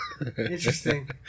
Interesting